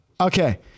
Okay